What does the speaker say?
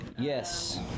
Yes